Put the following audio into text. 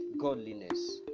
godliness